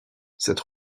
cette